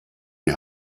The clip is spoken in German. die